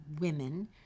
women